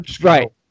Right